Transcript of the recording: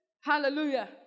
Hallelujah